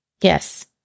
Yes